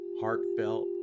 heartfelt